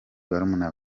barumuna